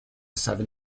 seven